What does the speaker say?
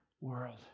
world